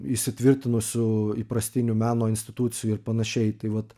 įsitvirtinusių įprastinių meno institucijų ir panašiai tai vat